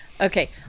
okay